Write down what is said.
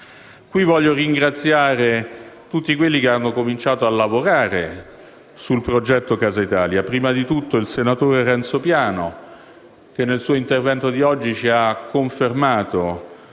Voglio ringraziare tutti coloro che hanno cominciato a lavorare sul progetto Casa Italia e primo fra tutti il senatore Renzo Piano, il quale nel suo intervento di oggi ci ha confermato